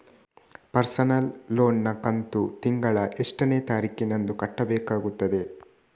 Personal loan ನ ಕಂತು ತಿಂಗಳ ಎಷ್ಟೇ ತಾರೀಕಿನಂದು ಕಟ್ಟಬೇಕಾಗುತ್ತದೆ?